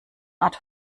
art